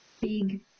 big